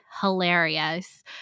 hilarious